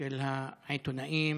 של עיתונאים